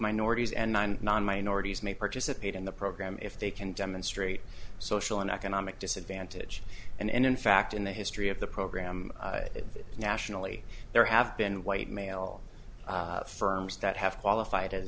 minorities and nine non minorities may participate in the program if they can demonstrate social and economic disadvantage and in fact in the history of the program nationally there have been white male firms that have qualified as